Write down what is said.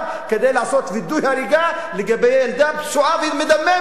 כדי לעשות וידוא הריגה לגבי ילדה פצועה ומדממת.